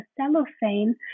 cellophane